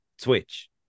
switch